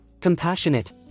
Compassionate